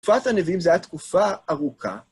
תקופת הנביאים זו הייתה תקופה ארוכה.